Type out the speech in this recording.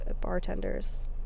bartenders